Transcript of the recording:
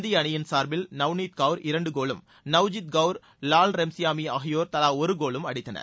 இந்திய அணியின் சார்பில் நவ்னீத் கவர் இரண்டு கோலும் நவ்ஜித் கவர் லாவ்ரெம்சியாமி ஆகியோர் தலா ஒரு கோலும் அடித்தனர்